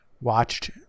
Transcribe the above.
watched